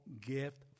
gift